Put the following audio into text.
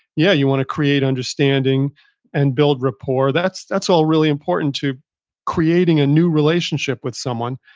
yeah, you want to create understanding and build rapport. that's that's all really important to creating a new relationship with someone,